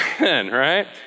right